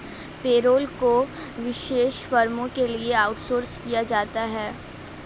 payroll को विशेष फर्मों के लिए आउटसोर्स किया जाता है